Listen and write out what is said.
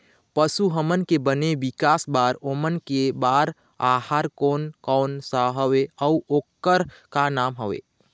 पशु हमन के बने विकास बार ओमन के बार आहार कोन कौन सा हवे अऊ ओकर का नाम हवे?